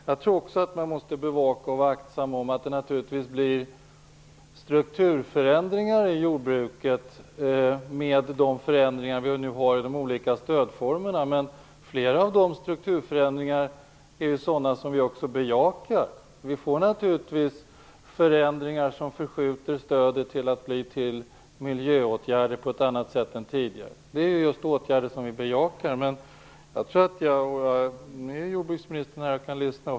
Jag tror också att man måste bevaka och vara aktsam eftersom det naturligtvis blir strukturförändringar i jordbruket genom de förändringar vi nu har i de olika stödformerna. Men flera av dessa strukturförändringar är ju sådana som vi också bejakar. Vi får naturligtvis förändringar som förskjuter stödet till att bli miljöåtgärder på ett annat sätt än tidigare. Det är ju just åtgärder som vi bejakar. Nu är ju jordbruksministern här och kan lyssna.